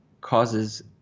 causes